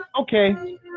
okay